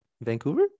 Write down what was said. Vancouver